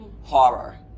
horror